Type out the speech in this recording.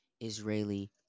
Israeli